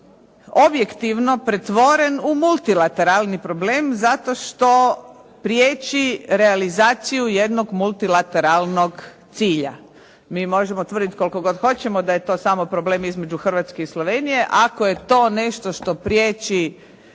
objektivno pretvoren u multilateralni problem zato što prijeći realizaciju jednog multilateralnog cilja. MI možemo tvrditi koliko hoćemo da je to samo problem između Hrvatske i Slovenije, ako je to nešto što prijeći